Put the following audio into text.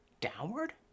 Downward